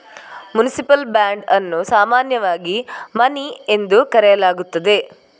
municipal bond ಅನ್ನು ಸಾಮಾನ್ಯವಾಗಿ money ಎಂದು ಕರೆಯಲಾಗುತ್ತದೆ